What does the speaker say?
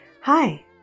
Hi